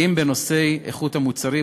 ואם בנושא איכות המוצרים,